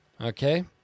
Okay